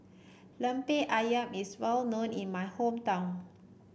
lemper ayam is well known in my hometown